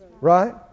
Right